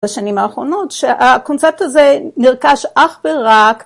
בשנים האחרונות שהקונספט הזה נרכש אך ורק